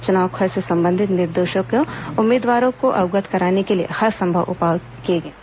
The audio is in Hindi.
चुनाव खर्च से संबंधित निर्देशों से उम्मीदवारों को अवगत कराने के लिये हरसम्भव उपाय किए गए हैं